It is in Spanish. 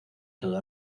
todo